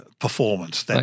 performance